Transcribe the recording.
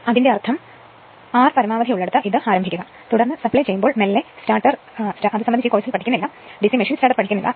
അതായത് R പരമാവധി ഉള്ളിടത്ത് ഇത് ആരംഭിക്കുക തുടർന്ന് സപ്ലൈ ചെയ്യുമ്പോൾ മെല്ലെ മെല്ലെ സ്റ്റാർട്ടർ സംബന്ധിച്ച് ഈ കോഴ്സിൽ പഠിക്കുന്നില്ല ഡിസി മെഷീൻ സ്റ്റാർട്ടർ പഠിക്കില്ല